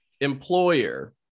employer